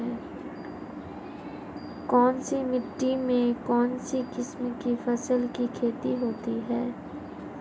कौनसी मिट्टी में कौनसी किस्म की फसल की खेती होती है?